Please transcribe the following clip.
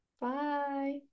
Bye